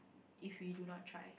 if we do not try